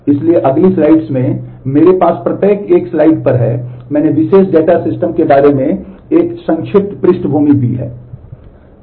इसलिए अगली स्लाइड्स में मेरे पास प्रत्येक एक स्लाइड पर है मैंने विशेष डेटाबेस सिस्टम के बारे में एक संक्षिप्त पृष्ठभूमि दी है